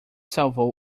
salvou